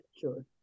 sure